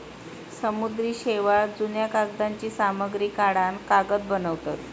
समुद्री शेवाळ, जुन्या कागदांची सामग्री काढान कागद बनवतत